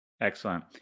Excellent